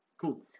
Cool